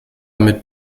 mit